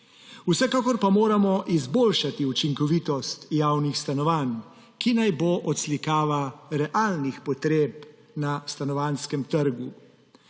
Vsekakor pa moramo izboljšati učinkovitost javnih stanovanj, ki naj bo odslikava realnih potreb na stanovanjskem trgu.